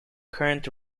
current